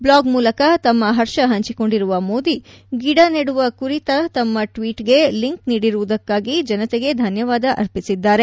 blog ಮೂಲಕ ತಮ್ಮ ಹರ್ಷ ಹಂಚಿಕೊಂಡಿರುವ ಮೋದಿ ಗಿಡ ನೆಡುವ ಕುರಿತ ತಮ್ಮ ಟ್ವೀಟ್ ಗೆ ಲಿಂಕ್ ನೀಡಿರುವುದಕ್ಕಾಗಿ ಜನತೆಗೆ ಧನ್ಯವಾದ ಅರ್ಪಿಸಿದ್ದಾರೆ